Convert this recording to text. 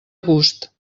gust